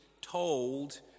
told